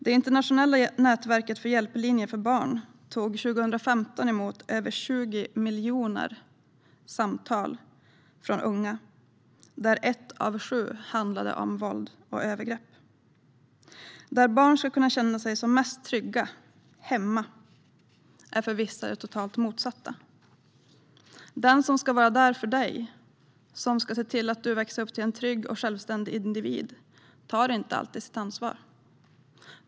Det internationella nätverket för hjälplinje för barn tog 2015 emot över 20 miljoner samtal från unga, och ett av sju handlade om våld och övergrepp. Där barn ska kunna känna sig som mest trygga, hemma, är för vissa det totalt motsatta. Den som ska vara där för dig och se till att du växer upp till en trygg och självständig individ tar inte alltid sitt ansvar.